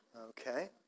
Okay